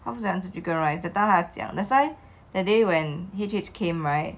他不喜欢吃 chicken rice that time 他讲 that's why that day when H H came right